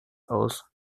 aus